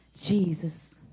Jesus